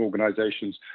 organisations